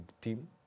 team